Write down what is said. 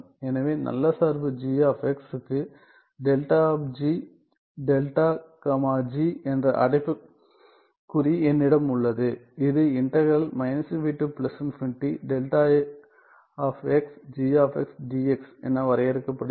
எனவே ஒரு நல்ல சார்பு க்கு delta of g delta comma g என்ற அடைப்புக்குறி என்னிடம் உள்ளது இது என வரையறுக்கப்படுகிறது